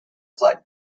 flood